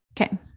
Okay